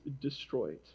destroyed